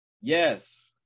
yes